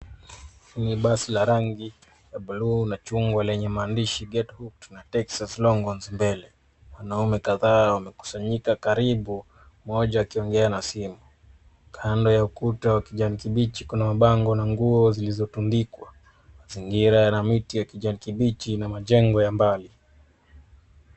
Ni basi la rangi ya bluu na chungwa lenye maandishi get hooked na texas long horns mbele. Wanaume kadhaa wamekusanyika karibu mmoja akiongea na simu. Kando ya ukuta wa kijani kibichi kuna mabango na nguo zilizo tundikwa mazingira yana miti ya kijani kibichi na majengo ya mbali.